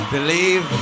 Believe